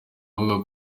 avuga